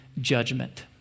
judgment